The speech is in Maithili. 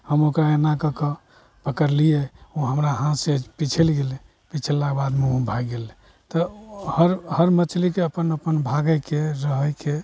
हम ओकरा एन्ना कऽ कऽ पकड़लिए ओ हमरा हाथसे पिछड़ि गेलै पिछड़लाके बादमे ओ भागि गेलै तऽ हर हर मछलीके अपन अपन भागैके रहैके